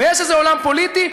ויש איזה עולם פוליטי.